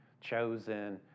chosen